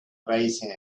raising